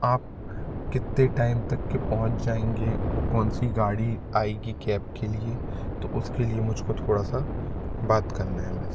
आप कितने टाइम तक के पहुंच जाएंगे और कौन सी गाड़ी आएगी कैब के लिए तो उसके लिए मुझ को थोड़ा सा बात करना है बस